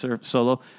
Solo